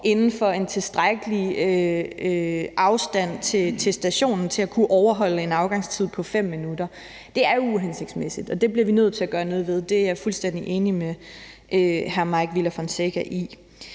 inden for en tilstrækkelig kort afstand til stationen til at kunne overholde en afgangstid på 5 minutter. Det er uhensigtsmæssigt, og det bliver vi nødt til at gøre noget ved. Det er jeg fuldstændig enig med hr. Mike Villa Fonseca i.